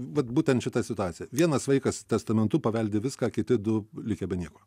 vat būtent šita situacija vienas vaikas testamentu paveldi viską kiti du likę be nieko